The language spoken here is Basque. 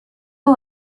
hau